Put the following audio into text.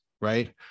right